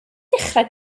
dechrau